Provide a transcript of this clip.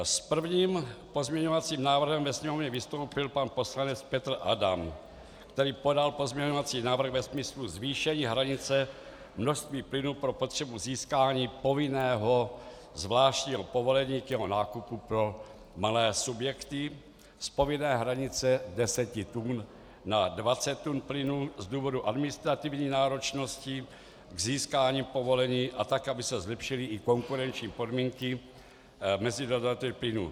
S prvním pozměňovacím návrhem ve Sněmovně vystoupil pan poslanec Petr Adam, který podal pozměňovací návrh ve smyslu zvýšení hranice množství plynu pro potřebu získání povinného zvláštního povolení k jeho nákupu pro malé subjekty z povinné hranice 10 tun na 20 tun plynu z důvodu administrativní náročnosti k získání povolení a tak, aby se zlepšily i konkurenční podmínky v plynu.